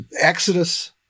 Exodus